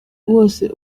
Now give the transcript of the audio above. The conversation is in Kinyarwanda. bose